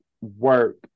work